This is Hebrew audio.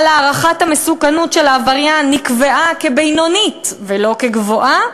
אבל הערכת המסוכנות של העבריין נקבעה כבינונית ולא כגבוהה,